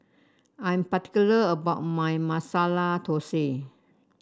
I'm particular about my Masala Thosai